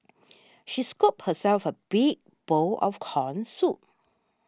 she scooped herself a big bowl of Corn Soup